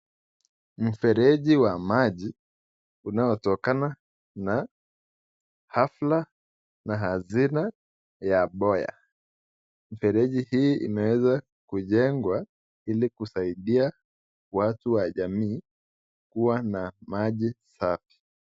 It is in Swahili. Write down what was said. Mfereji wa maji inaotokana na hafla na hazina ya Boya. Mfereji hii imeweza kujengwa ili kusaidia watu wa jamii kuwa na maji safi.